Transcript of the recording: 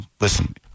listen